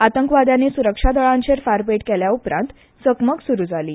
आतंकवाद्यांनी सुरक्षा दळांचेर फारपेट केले उपरांत चकमक सुरू जाली